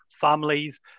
families